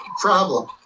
problem